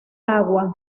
agua